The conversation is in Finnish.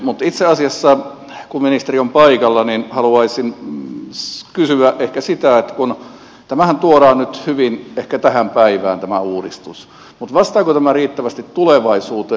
mutta itse asiassa kun ministeri on paikalla haluaisin kysyä ehkä sitä että kun tämä uudistushan tuodaan nyt ehkä hyvin tähän päivään niin vastaako tämä riittävästi tulevaisuuteen